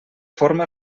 forma